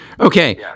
Okay